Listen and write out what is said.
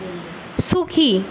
সুখী